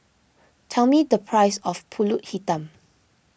tell me the price of Pulut Hitam